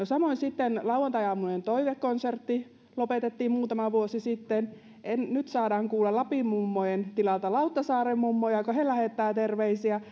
samoin sitten lauantaiaamujen toivekonsertti lopetettiin muutama vuosi sitten nyt saadaan kuulla lapin mummojen tilalla lauttasaaren mummoja kun he lähettävät terveisiä